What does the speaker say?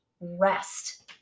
rest